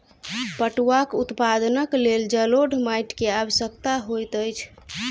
पटुआक उत्पादनक लेल जलोढ़ माइट के आवश्यकता होइत अछि